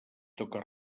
toca